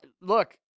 look